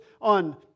on